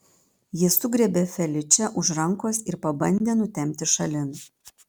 jis sugriebė feličę už rankos ir pabandė nutempti šalin